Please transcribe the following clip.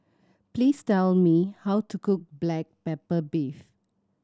please tell me how to cook black pepper beef